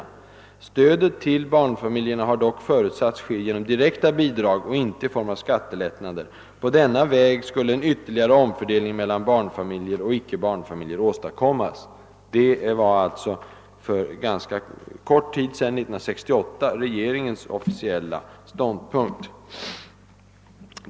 Stödet till barnfamiljerna har dock förutsatts ske genom direkta bidrag och inte i form av skattelättnader. På denna väg skulle en ytterligare omfördelning mellan barnfamiljer och icke-barnfamiljer åstadkommas.» Det var alltså för ganska kort tid sedan, 1968, regeringens officiella ståndpunkt.